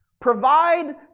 Provide